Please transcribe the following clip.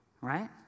right